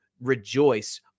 rejoice